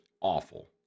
Awful